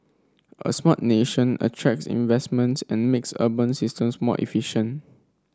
a Smart Nation attracts investments and makes urban systems more efficient